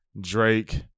Drake